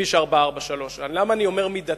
בכביש 443. למה אני אומר מידתית?